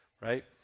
right